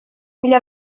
mila